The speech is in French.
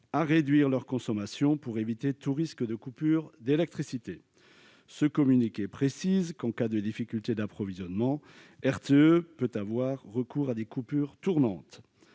à réduire leur consommation pour éviter tout risque de coupure d'électricité. Ce communiqué précise qu'en cas de difficultés d'approvisionnement RTE peut avoir recours à des coupures tournantes.